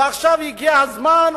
ועכשיו הגיע הזמן,